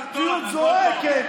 הצביעות זועקת,